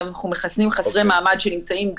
אנחנו מחסנים חסרי מעמד שנמצאים,